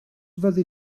fyddi